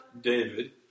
David